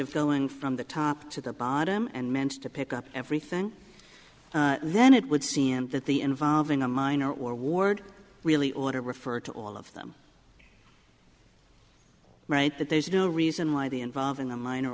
of going from the top to the bottom and meant to pick up everything then it would seem that the involving a minor or ward really ought to refer to all of them right that there's no reason why the involving a minor